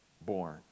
born